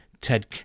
Ted